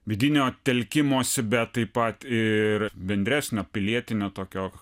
vidinio telkimosi bet taip pat ir bendresnio pilietinio tokio